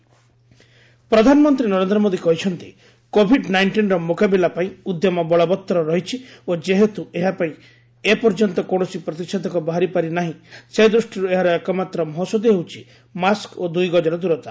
PM ଆତ୍ମନିର୍ଭର UP ପ୍ରଧାନମନ୍ତ୍ରୀ ନରେନ୍ଦ୍ର ମୋଦୀ କହିଛନ୍ତି କୋଭିଡ୍ ନାଇଷ୍ଟିନର ମୁକାବିଲା ପାଇଁ ଉଦ୍ୟମ ବଳବତ୍ତର ରହିଛି ଓ ଯେହେତୁ ଏହାପାଇଁ ଏପର୍ଯ୍ୟନ୍ତ କୌଣସି ପ୍ରତିଷେଧକ ବାହାରି ପାରି ନାହିଁ ସେ ଦୃଷ୍ଟିରୁ ଏହାର ଏକମାତ୍ର ମହୋଷଧୀ ହେଉଛି ମାସ୍କ୍ ଓ ଦୁଇ ଗଜର ଦୂରତା